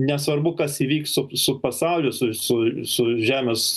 nesvarbu kas įvyks su su pasauliu su visu su žemės